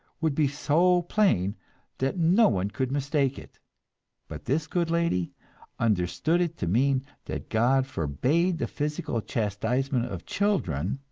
would be so plain that no one could mistake it but this good lady understood it to mean that god forbade the physical chastisement of children,